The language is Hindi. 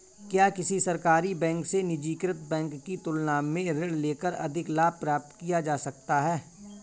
क्या किसी सरकारी बैंक से निजीकृत बैंक की तुलना में ऋण लेकर अधिक लाभ प्राप्त किया जा सकता है?